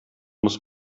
muss